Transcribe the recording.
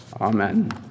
Amen